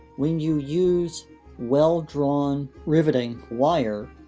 when you use well-drawn riveting wire,